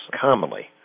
commonly